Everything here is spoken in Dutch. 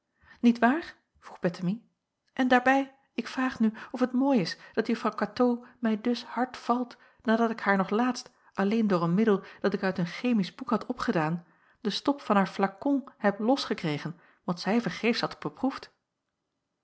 niet waar vroeg bettemie en daarbij ik vraag nu of het mooi is dat juffrouw katoo mij dus hard valt nadat ik haar nog laatst alleen door een middel dat ik uit een chemisch boek had opgedaan den stop van haar flakon heb losgekregen wat zij vergeefs had beproefd